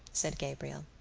said gabriel.